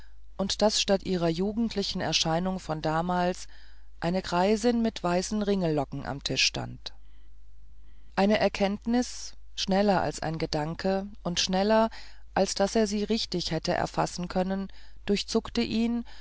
und daß statt ihrer jugendlichen erscheinung von damals eine greisin mit weißen ringellocken am tisch stand eine erkenntnis schneller als ein gedanke und schneller als daß er sie richtig hätte erfassen können durchzuckte ihn